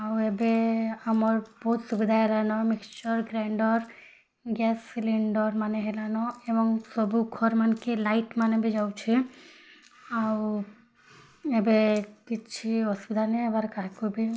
ଆଉ ଏବେ ଆମର ବହୁତ ସୁବିଧା ହେଲାନ ମିକ୍ସଚର୍ ଗ୍ରାଇଣ୍ଡର୍ ଗ୍ୟାସ୍ ସିଲିଣ୍ଡର୍ମାନେ ହେଲାନ ଏବଂ ସବୁ ଘରମାନ୍ଙ୍କେ ଲାଇଟ୍ମାନେ ବି ଯାଉଛେ ଆଉ ଏବେ କିଛି ଅସୁବିଧା ନାଇ ହବାର କାହାରିକୁ ବି